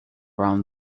brown